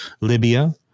Libya